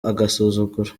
agasuzuguro